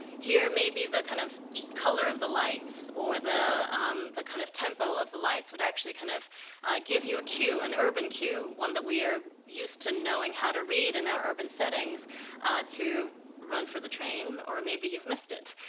here may be the kind of color of the lights or the the kind of tempo of the lights would actually kind of give you a cue, an urban cue, one that we're used to knowing how to read in our urban settings to run for the train. or maybe you've missed it.